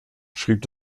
schrieb